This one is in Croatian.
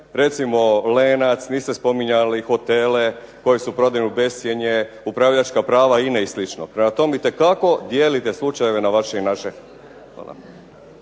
recimo Lenac, niste spominjali hotele koji su prodani u bescjenje, upravljačka prava INA-e i slično. Prema tome, itekako dijelite slučajeve na vaše i naše. Hvala.